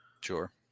Sure